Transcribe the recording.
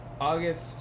August